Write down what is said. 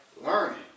Learning